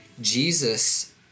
Jesus